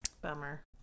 bummer